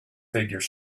figure